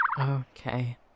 Okay